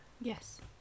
yes